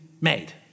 made